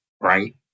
right